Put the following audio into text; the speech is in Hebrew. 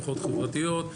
השלכות חברתיות,